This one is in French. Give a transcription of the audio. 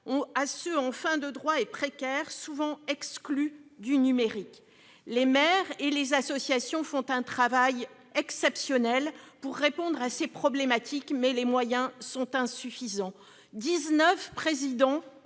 en fin de droits et précaires, souvent exclues du numérique. Les maires et les associations font un travail exceptionnel pour répondre à ces problématiques, mais les moyens sont insuffisants. Dix-neuf présidents